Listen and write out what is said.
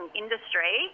industry